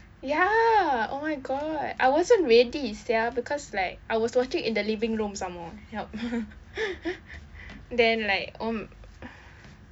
ya oh my god I wasn't ready sia because like I was watching in the living room some more yelp then like oh m~